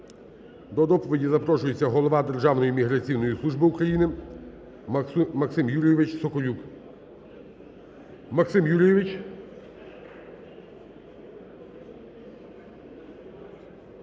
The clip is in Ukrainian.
До доповіді запрошується голова Державної міграційної служби України Максим Юрійович Соколюк. Максим Юрійович.